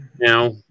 Now